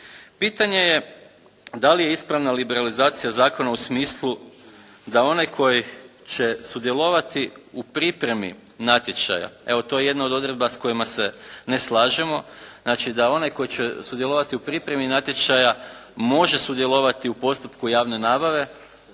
Pitanje je da li je ispravna liberalizacija zakona u smislu da onaj koji će sudjelovati u pripremi natječaja, evo to je jedna od odredba s kojima se ne slažemo. Znači da onaj koji će sudjelovati u pripremi natječaja može sudjelovati u postupku javne nabave.